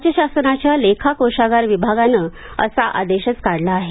राज्य शासनाच्या लेखा कोषागार विभागानं असा आदेशच काढला आहे